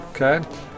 Okay